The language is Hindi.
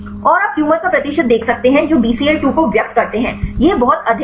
और आप ट्यूमर का प्रतिशत देख सकते हैं जो बीसीएल 2 को व्यक्त करते हैं यह बहुत अधिक है